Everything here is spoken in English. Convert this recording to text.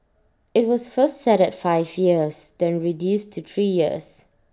IT was first set at five years then reduced to three years